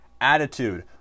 attitude